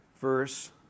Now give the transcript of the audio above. verse